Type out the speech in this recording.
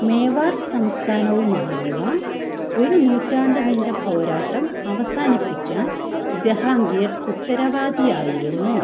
മേവാർ സംസ്ഥാനവുമായുള്ള ഒരു നൂറ്റാണ്ട് നീണ്ട പോരാട്ടം അവസാനിപ്പിക്കാൻ ജഹാംഗീർ ഉത്തരവാദിയായിരുന്നു